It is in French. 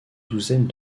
douzaines